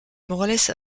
morales